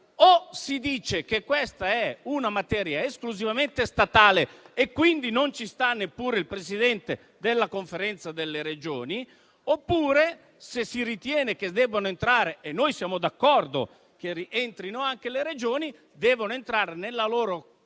o si dice che questa è una materia esclusivamente statale e quindi non è coinvolto neppure il Presidente della Conferenza delle Regioni, oppure, se si ritiene che debbano entrare - e noi siamo d'accordo che ciò accada - anche le Regioni, devono entrare nella loro attività